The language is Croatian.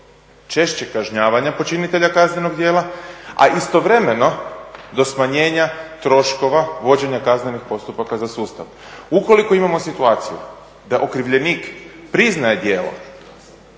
češćeg kažnjavanja počinitelja kaznenog djela, a istovremeno do smanjenja troškova vođenja kaznenih postupaka za sustav. Ukoliko imamo situaciju da okrivljenik priznaje djelo,